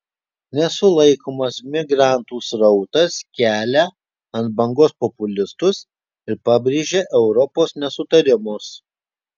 nesulaikomas migrantų srautas kelia ant bangos populistus ir pabrėžia europos nesutarimus